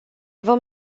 vom